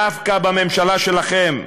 דווקא בממשלה שלכם,